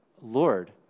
Lord